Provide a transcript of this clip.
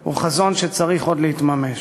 הוא חזון שצריך עוד להתממש.